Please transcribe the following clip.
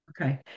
Okay